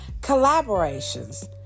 collaborations